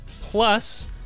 Plus